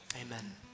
amen